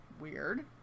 Weird